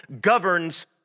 governs